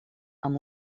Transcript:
amb